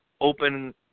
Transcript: open